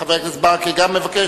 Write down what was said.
חבר הכנסת ברכה גם מבקש.